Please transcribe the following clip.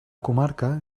comarca